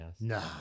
No